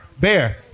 Bear